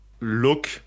look